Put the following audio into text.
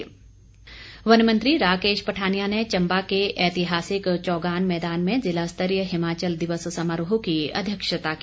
चंबा दिवस वन मंत्री राकेश पठानिया ने चंबा के ऐतिहासिक चौगान मैदान में ज़िला स्तरीय हिमाचल दिवस समारोह की अध्यक्षता की